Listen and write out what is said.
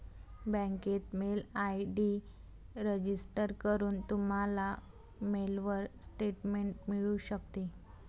बँकेत mail ID register करून, तुम्हाला मेलवर स्टेटमेंट मिळू शकते